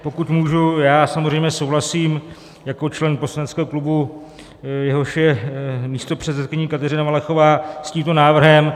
Pokud můžu, já samozřejmě souhlasím jako člen poslaneckého klubu, jehož je místopředsedkyní Kateřina Valachová, s tímto návrhem.